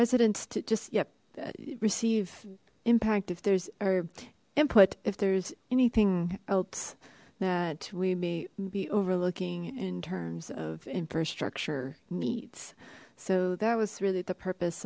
residents to just yep receive impact if there's or input if there's anything else that we may be overlooking in terms of infrastructure needs so that was really the purpose